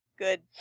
Good